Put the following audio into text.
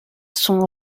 sont